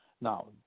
Now